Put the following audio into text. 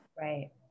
right